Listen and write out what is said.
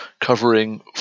covering